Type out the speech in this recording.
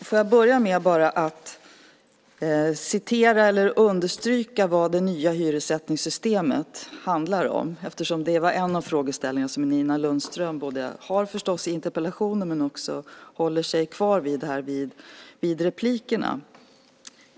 Fru talman! Låt mig börja med att understryka vad det nya hyressättningssystemet handlar om, eftersom det var en av frågeställningarna som Nina Lundström tog upp i interpellationen och också håller sig kvar vid här i de efterföljande inläggen.